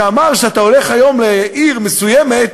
שאמר שאתה הולך היום לעיר מסוימת,